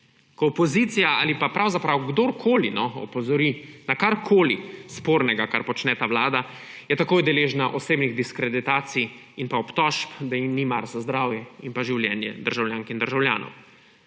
Ko opozicija ali pa pravzaprav kdorkoli opozori na karkoli spornega, kar počne ta vlada, je takoj deležna osebnih diskreditacij in obtožb, da jim ni mar za zdravje in življenje državljank ter državljanov.